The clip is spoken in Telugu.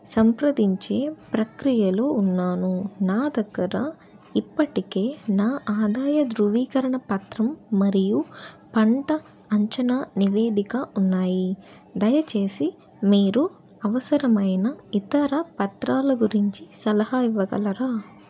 సంప్రదించే ప్రక్రియలో ఉన్నాను నా దగ్గర ఇప్పటికే నా ఆదాయ ధృవీకరణ పత్రం మరియు పంట అంచనా నివేదిక ఉన్నాయి దయచేసి మీరు అవసరమైన ఇతర పత్రాల గురించి సలహా ఇవ్వగలరా